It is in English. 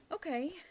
Okay